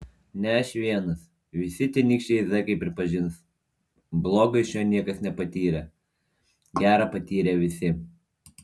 ne aš vienas visi tenykščiai zekai pripažins blogo iš jo niekas nepatyrė gera patyrė visi